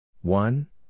one